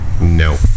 No